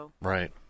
Right